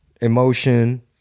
emotion